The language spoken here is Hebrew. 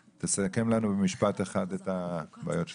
תסכם לנו במשפט אחד את הבעיות שלכם.